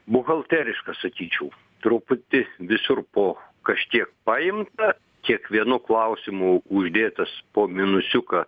buhalteriška sakyčiau truputį visur po kažkiek paimta kiekvienu klausimu uždėtas po minusiuką